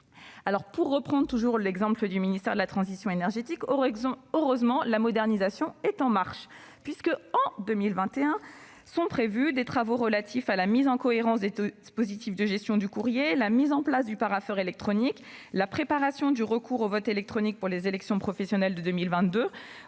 centrale. Heureusement, au ministère de la transition écologique, la modernisation est « en marche »! En 2021 sont prévus des travaux relatifs à la mise en cohérence des dispositifs de gestion du courrier, la mise en place du parapheur électronique, la préparation du recours au vote électronique pour les élections professionnelles de 2022